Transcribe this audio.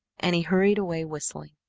and he hurried away whistling.